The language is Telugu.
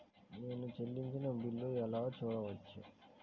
నేను చెల్లించిన బిల్లు ఎలా చూడవచ్చు?